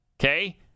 Okay